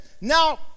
now